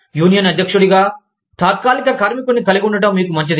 union అధ్యక్షుడిగా తాత్కాలిక కార్మికుడిని కలిగి ఉండటం మీకు మంచిది